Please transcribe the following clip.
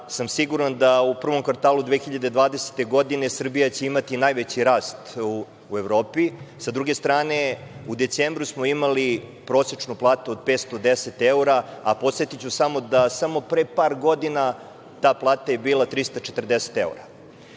sam siguran da u prvom kvartalu 2020. godine Srbija će imati najveći rast u Evropi. S druge strane, u decembru smo imali prosečnu platu od 510 evra, a podsetiću samo da pre par godina ta plata je bila 340